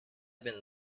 been